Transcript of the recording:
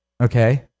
Okay